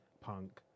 punk